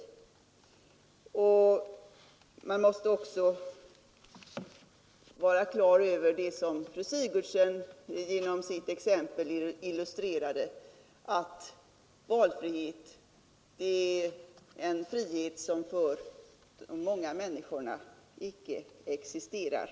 Man måste också vara på det klara med det som fru Sigurdsen genom sitt exempel illustrerade, nämligen att valfrihet är en frihet som för de många människorna icke existerar.